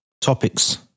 topics